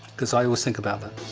cause i always think about that.